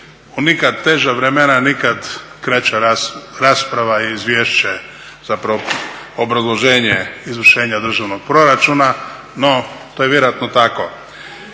U nekad teža vremena nikad kraća rasprava i izvješće, zapravo obrazloženje izvršenja državnog proračuna, no to je vjerojatno tako.